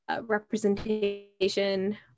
representation